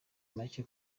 make